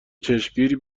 چشمگیری